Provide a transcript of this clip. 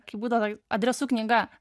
kai būdavo adresų knyga